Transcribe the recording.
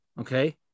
Okay